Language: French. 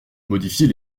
modifier